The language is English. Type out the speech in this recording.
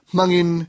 Mangin